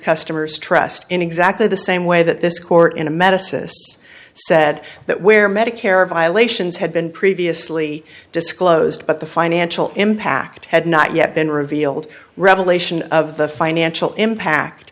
customers trust in exactly the same way that this court in a medicine said that where medicare violations had been previously disclosed but the financial impact had not yet been revealed revelation of the financial impact